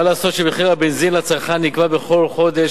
מה לעשות שמחיר הבנזין לצרכן נקבע בכל חודש